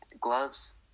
gloves